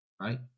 right